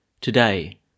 Today